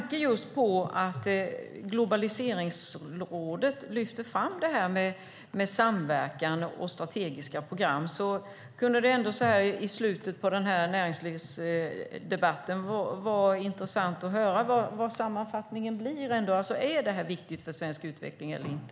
Globaliseringsrådet lyfter fram detta med samverkan och strategiska program. Därför kunde det i slutet av den här näringslivsdebatten vara intressant att höra vad sammanfattningen blir. Är det här viktigt för svensk utveckling eller inte?